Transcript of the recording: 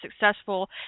successful